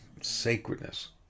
sacredness